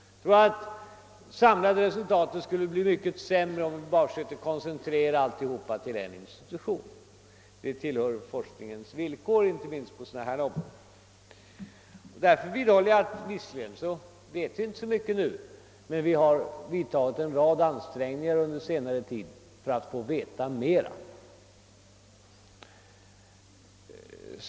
Jag tror att det samlade resultatet skulle bli sämre, om vi försökte koncentrera hela forskningen till en institution, ty sådana är forskningens villkor inte minst inom områden som dessa. Därför vidhåller jag att vi visserligen inte vet så mycket nu men att vi har vidtagit en rad åtgärder under senare tid för att få veta mera.